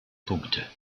punkte